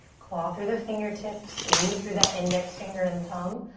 claw through the fingertips, root through that index finger and thumb.